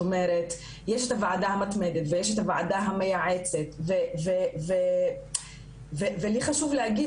יש את הוועדה המתמדת ויש את הוועדה המייעצת ולי חשוב להגיד